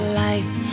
life